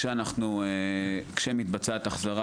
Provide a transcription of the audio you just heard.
כשמתבצעת החזרה,